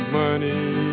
money